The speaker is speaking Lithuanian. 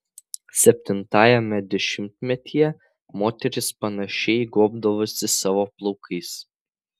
septintajame dešimtmetyje moterys panašiai gobdavosi savo plaukais